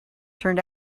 turn